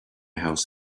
house